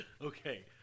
Okay